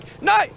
No